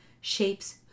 Shapes